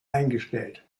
eingestellt